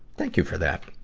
thank you for that.